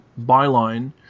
byline